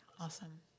Awesome